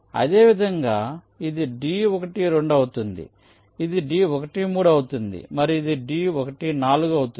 అదేవిధంగా ఇది di2 అవుతుంది ఇది di3 అవుతుంది మరియు ఇది di4 అవుతుంది